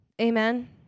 Amen